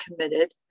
committed